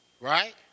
Right